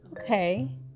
okay